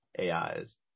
AIs